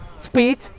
speech